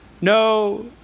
No